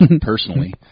personally